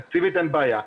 תקציבית אין בעיה.